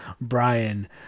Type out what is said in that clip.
Brian